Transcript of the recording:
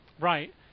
Right